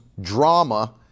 drama